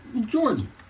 Jordan